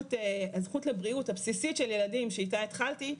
הזכות לבריאות הבסיסית של ילדים שאיתה התחלתי,